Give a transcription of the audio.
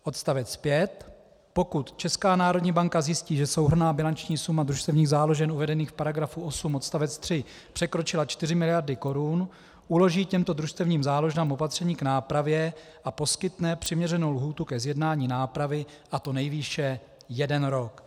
Odst. 5: Pokud Česká národní banka zjistí, že souhrnná bilanční suma družstevních záložen uvedených v § 8 odst. 3 překročila 4 mld. korun, uloží těmto družstevním záložnám opatření k nápravě a poskytne přiměřenou lhůtu ke zjednání nápravy, a to nejvýše jeden rok.